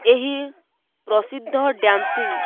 ଏହି ପ୍ରସିଦ୍ଧ ଡ୍ୟାନ୍ସିଂ